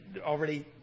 already